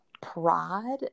pride